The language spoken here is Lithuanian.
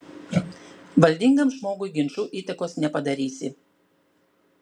valdingam žmogui ginču įtakos nepadarysi